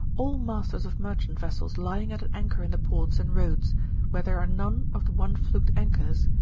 all masters of merchant vessels lying at an anchor in the ports and roads where there are none of the one-fluked anchors,